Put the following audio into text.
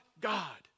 God